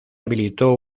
habilitó